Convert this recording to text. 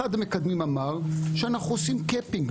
אחד המקדמים אמר שאנחנו עושים cupping.